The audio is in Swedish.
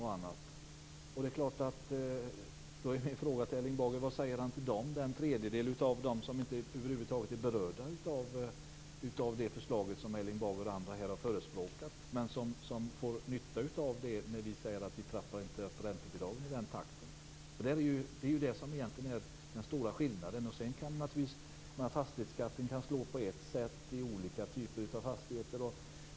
Då är min fråga till Erling Bager: Vad säger han till den tredjedel som över huvud taget inte är berörda av det förslag som Erling Bager och andra har förespråkat här? Dessa får ju nytta av att vi inte trappar upp räntebidragen i den takten. Det är ju egentligen den stora skillnaden. Sedan kan naturligtvis fastighetsskatten slå på ett sätt i olika typer av fastigheter.